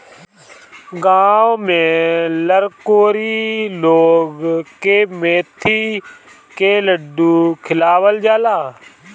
गांव में लरकोरी लोग के मेथी के लड्डू खियावल जाला